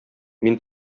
мин